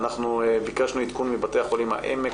אנחנו ביקשנו עדכון מבתי החולים העמק